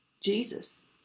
jesus